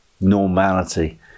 normality